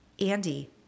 Andy